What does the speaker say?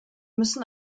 müssen